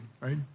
right